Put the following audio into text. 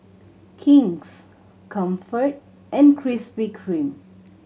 King's Comfort and Krispy Kreme